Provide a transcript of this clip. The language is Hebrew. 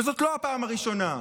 וזאת לא הפעם הראשונה.